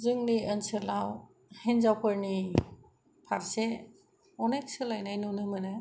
जोंनि ओनसोलाव हिन्जावफोरनि फारसे अनेख सोलायनाय नुनो मोनो